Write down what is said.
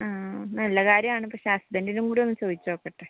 ആ നല്ല കാര്യമാണ് പക്ഷേ ഹസ്ബന്ഡിനും കൂടി ഒന്ന് ചോദിച്ചുനോക്കട്ടെ